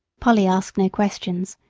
polly asked no questions,